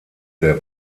der